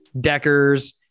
Deckers